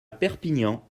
perpignan